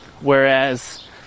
Whereas